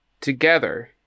together